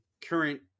current